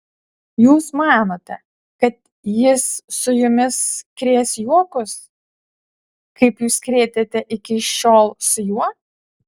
jūs manote kad jis su jumis krės juokus kaip jūs krėtėte iki šiol su juo